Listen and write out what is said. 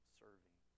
serving